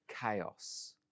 chaos